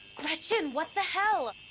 gretchen, what the hell?